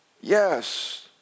Yes